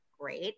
great